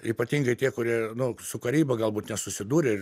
ypatingai tie kurie nu su karyba galbūt nesusidūrė ir